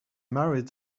married